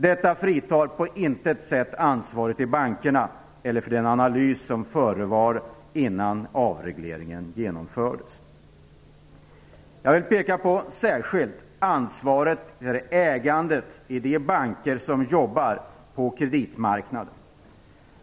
Detta fritar på intet sätt bankerna från deras ansvar eller från den analys som förevar innan avregleringen genomfördes. Jag vill särskilt peka på ansvaret för ägandet i de banker som verkar på kreditmarknaden.